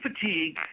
fatigue